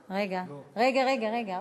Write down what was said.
רגע, רגע, רגע.